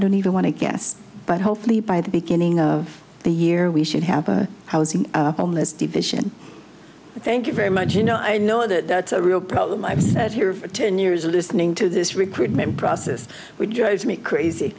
don't even want to guess but hopefully by the beginning of the year we should happen housing on this division thank you very much you know i know that it's a real problem i've sat here for ten years listening to this recruitment process which drives me crazy